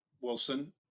Wilson